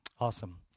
Awesome